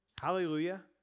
Hallelujah